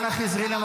עצור,